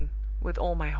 with all my heart.